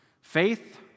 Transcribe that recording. faith